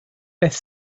beth